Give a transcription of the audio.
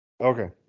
okay